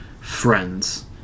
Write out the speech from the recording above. friends